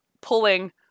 pulling